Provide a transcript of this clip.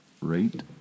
Rate